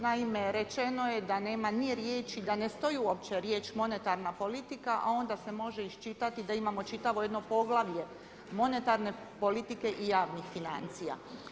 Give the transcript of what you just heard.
Naime, rečeno je da nema ni riječi, da ne stoji uopće riječ „monetarna politika“ a onda se može iščitati da imamo čitavo jedno poglavlje monetarne politike i javnih financija.